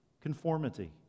conformity